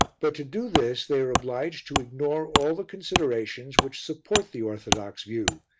but to do this they are obliged to ignore all the considerations which support the orthodox view,